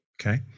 Okay